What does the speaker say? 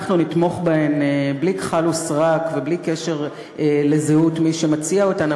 אנחנו נתמוך בהן בלי כחל ושרק ובלי קשר לזהות מי שמציע אותן,